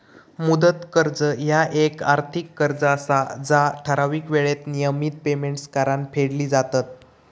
मुदत कर्ज ह्या येक आर्थिक कर्ज असा जा ठराविक येळेत नियमित पेमेंट्स करान फेडली जातत